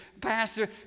Pastor